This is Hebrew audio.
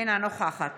אינה נוכחת